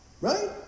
Right